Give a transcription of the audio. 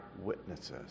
witnesses